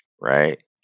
Right